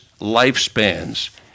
lifespans